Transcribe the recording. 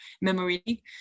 memory